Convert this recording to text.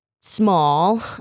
small